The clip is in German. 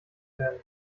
werden